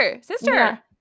sister